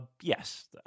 yes